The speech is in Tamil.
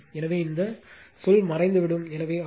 எனவே இந்த சொல் மறைந்துவிடும் எனவே ஆர்